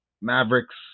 Mavericks